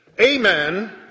Amen